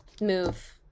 move